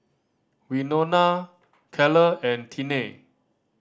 Wynona Kyler and Tiney